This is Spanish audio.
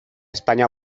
españa